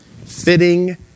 Fitting